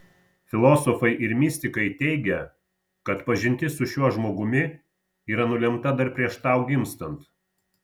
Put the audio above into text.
filosofai ir mistikai teigia kad pažintis su šiuo žmogumi yra nulemta dar prieš tau gimstant